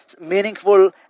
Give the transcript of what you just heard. meaningful